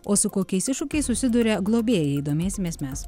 o su kokiais iššūkiais susiduria globėjai domėsimės mes